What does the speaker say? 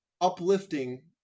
uplifting